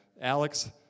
Alex